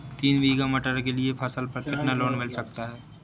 तीन बीघा मटर के लिए फसल पर कितना लोन मिल सकता है?